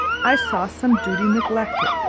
i saw some duty neglected,